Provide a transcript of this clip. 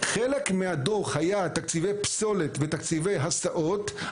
חלק מהדו"ח היה תקציבי פסולת ותקציבי הסעות,